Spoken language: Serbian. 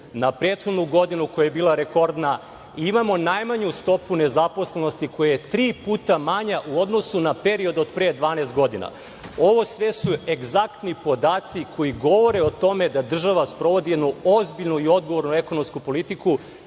na prethodnu godinu koja je bila rekordna i imamo najmanju stopu nezaposlenosti koja je tri puta manja u odnosu na period od pre 12 godina. Ovo sve su egzaktni podaci koji govore o tome da država sprovodi jednu ozbiljnu i odgovornu ekonomsku politiku